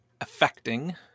affecting